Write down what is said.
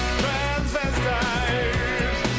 transvestite